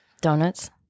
Donuts